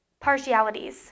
Partialities